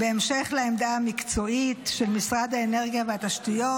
בהמשך לעמדה המקצועית של משרד האנרגיה והתשתיות